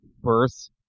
birth